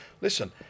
listen